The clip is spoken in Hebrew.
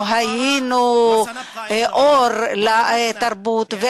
אנחנו היינו אור לתרבות.